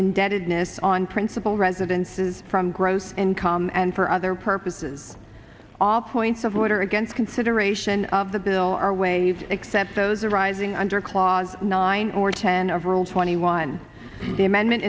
indebtedness on principle residences from gross income and for other purposes all points of order against consideration of the bill are waived except those arising under clause nine or ten of rule twenty one the amendment